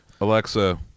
Alexa